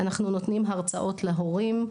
אנחנו נותנים הרצאות להורים.